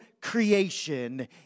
creation